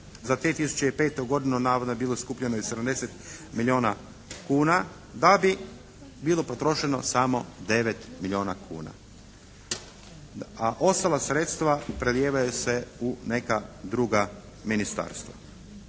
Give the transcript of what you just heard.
za 2005. je navodno bilo skupljeno i 70 milijuna kuna, da bi bilo potrošeno samo 9 milijuna kuna. A ostala sredstava prelijevaju se u neka druga ministarstva.